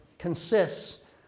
consists